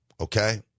okay